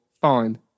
Fine